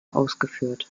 ausgeführt